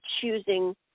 choosing